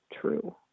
true